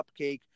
cupcake